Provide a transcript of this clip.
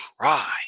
try